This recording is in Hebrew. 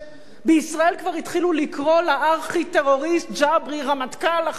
בישראל כבר התחילו לקרוא לארכי-טרוריסט ג'עברי "רמטכ"ל ה'חמאס'",